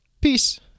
peace